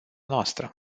noastră